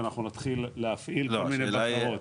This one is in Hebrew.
ואנחנו נפעיל כל מיני בקרות.